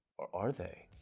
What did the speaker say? are they?